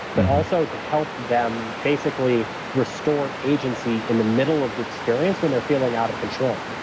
but also to help them basically restore agency in the middle of the experience when they're feeling out of control.